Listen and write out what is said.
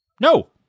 no